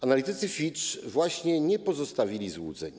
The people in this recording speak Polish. Analitycy Fitch właśnie nie pozostawili złudzeń.